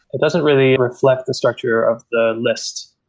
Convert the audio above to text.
it doesn't really reflect the structure of the list.